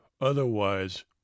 Otherwise